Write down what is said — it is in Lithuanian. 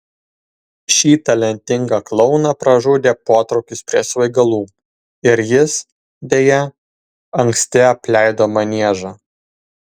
šį talentingą klouną pražudė potraukis prie svaigalų ir jis deja anksti apleido maniežą